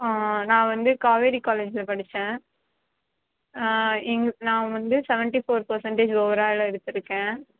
நான் வந்து காவேரி காலேஜில் படித்தேன் எங்களுக்கு நான் வந்து சவன்ட்டி ஃபோர் பேர்சண்டேஜ் ஓவரால்லாக எடுத்திருக்கேன்